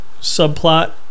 subplot